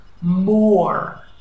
more